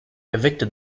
evicted